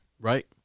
Right